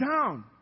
down